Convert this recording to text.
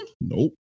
Nope